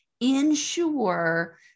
ensure